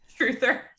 Truther